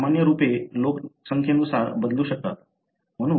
सामान्य रूपे लोकसंख्येनुसार बदलू शकतात